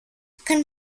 can